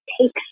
takes